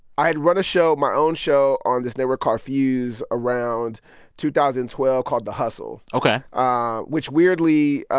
i had run a show, my own show on this network called fuse around two thousand and twelve called the hustle. ok ah which, weirdly,